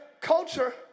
culture